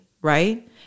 right